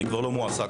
אני כבר לא מועסק.